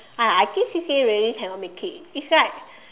ah I think C_C_A already cannot make it is like